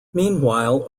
meanwhile